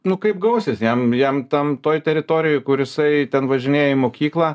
nu kaip gausis jam jam tam toj teritorijoj kur jisai ten važinėja į mokyklą